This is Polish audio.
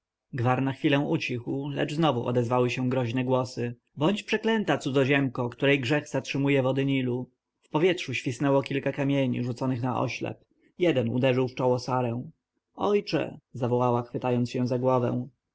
gwar na chwilę ucichł lecz znowu odezwały się groźne głosy bądź przeklęta cudzoziemko której grzech zatrzymuje wody nilu w powietrzu świsnęło kilka kamieni rzuconych na oślep jeden uderzył w czoło sarę ojcze zawołała chwytając się za głowę